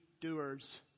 doers